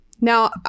now